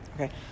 Okay